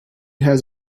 has